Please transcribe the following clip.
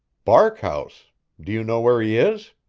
barkhouse do you know where he is?